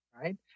Right